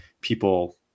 people